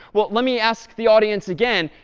well, let me ask the audience again.